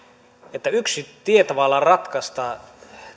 tavallaan yksi tie ratkaista